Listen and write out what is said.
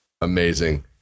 amazing